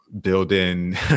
building